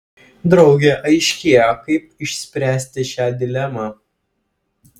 drauge aiškėja kaip išspręsti šią dilemą